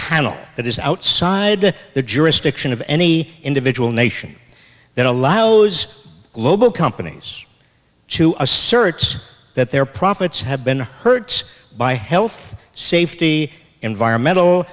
panel that is outside the jurisdiction of any individual nation that allow those global companies to assert that their profits have been hurt by health safety environmental